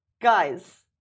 guys